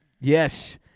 Yes